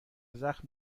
زخم